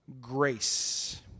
grace